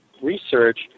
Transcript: research